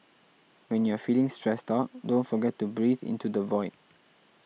when you are feeling stressed out don't forget to breathe into the void